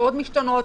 מאוד משתנות,